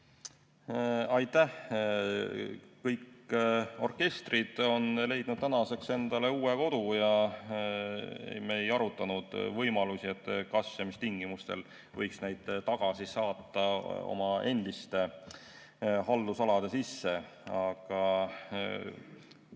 Aitäh! Kõik orkestrid on leidnud tänaseks endale uue kodu. Me ei arutanud võimalusi, kas ja mis tingimustel võiks neid tagasi saata nende endistesse haldusaladesse.